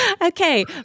Okay